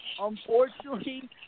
unfortunately